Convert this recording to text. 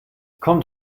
kommt